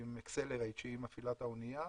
עם "אקסלרייט" שהיא מפעילת האנייה,